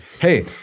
hey